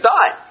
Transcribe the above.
die